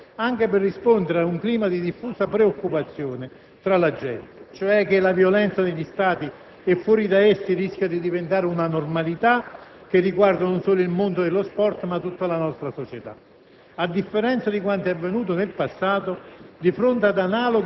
affinché fosse delineato rapidamente un quadro di iniziative concrete, anche per rispondere ad un clima di diffusa preoccupazione tra la gente, cioè che la violenza negli stadi e fuori da essi rischia di diventare una normalità che riguarda non solo il mondo dello sport, ma tutta la nostra società.